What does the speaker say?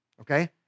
okay